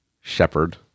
shepherd